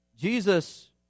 Jesus